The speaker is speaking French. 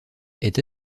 est